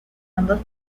ambos